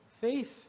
faith